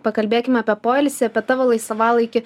pakalbėkim apie poilsį apie tavo laisvalaikį